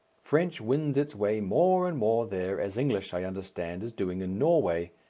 french wins its way more and more there, as english, i understand, is doing in norway,